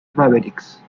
mavericks